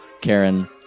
Karen